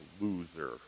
loser